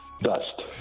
Dust